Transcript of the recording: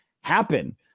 happen